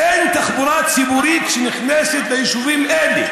תודה, חבר הכנסת חזן, שמענו.